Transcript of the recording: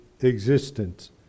existence